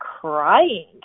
crying